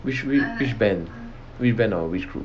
which which which band which band or which group